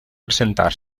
presentar